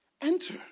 enter